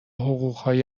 حقوقهای